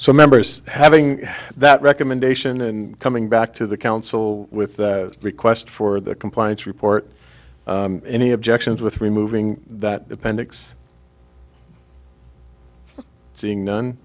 so members having that recommendation and coming back to the council with a request for the compliance report any objections with removing that appendix seeing none